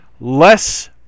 less